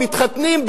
מתחתנים,